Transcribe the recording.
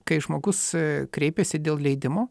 kai žmogus kreipiasi dėl leidimo